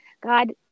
God